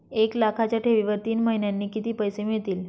एक लाखाच्या ठेवीवर तीन महिन्यांनी किती पैसे मिळतील?